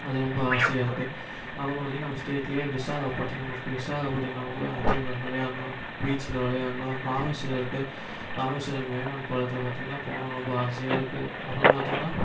அது ரொம்ப ஆசையாக இருக்கு அது மாரி நம்ம ஸ்டேட்லயே விசாகப்பட்டினம் இருக்கும் விசாகப்பட்டினம் போய் அங்கே போய் விளையாட்ணும் பீச்சில விளையாட்ணும் ராமேஸ்வரம் இருக்கு ராமேஸ்வரம் பாம்பன் பாலத்தில் பார்த்தீங்கன்னா போகணுன்னு ரொம்ப ஆசையாக இருக்கு அப்புறம் பார்த்தீங்கன்னா